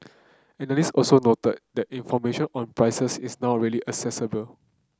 analyst also noted that information on prices is now really accessible